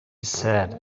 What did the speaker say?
said